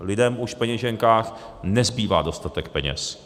Lidem už v peněženkách nezbývá dostatek peněz.